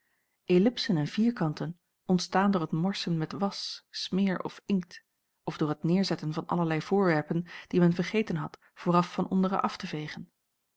ellipsen en vierkanten ontstaan door het morsen met was smeer of inkt of door het neêrzetten van allerlei voorwerpen die men vergeten had vooraf van onderen af te veegen